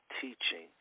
teaching